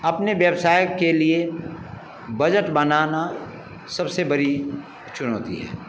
अपने व्यवसाय के लिए बजट बनाना सबसे बड़ी चुनौती है